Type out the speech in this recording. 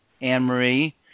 Anne-Marie